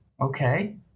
Okay